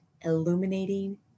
illuminating